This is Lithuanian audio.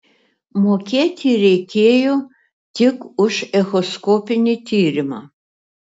mokėti reikėjo tik už echoskopinį tyrimą